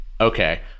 okay